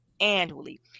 annually